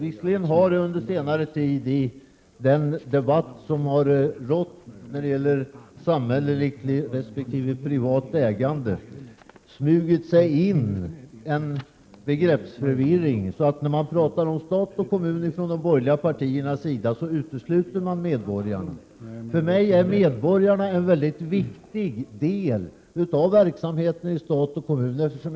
Herr talman! I den debatt som har förts om samhälleligt resp. privat ägande har det under senare tid uppstått en begreppsförvirring. När man från de borgerliga partiernas sida talar om staten och kommunerna, utesluter man nämligen medborgarna. Men för mig utgör medborgarna en väldigt viktig del av den statliga och kommunala verksamheten.